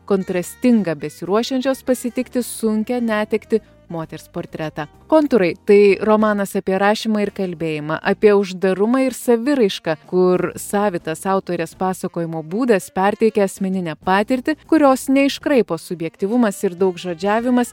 kontrastingą besiruošiančios pasitikti sunkią netektį moters portretą kontūrai tai romanas apie rašymą ir kalbėjimą apie uždarumą ir saviraišką kur savitas autorės pasakojimo būdas perteikia asmeninę patirtį kurios neiškraipo subjektyvumas ir daugžodžiavimas